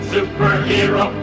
Superhero